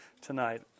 tonight